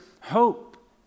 hope